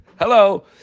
Hello